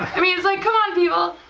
i mean it's like come on people,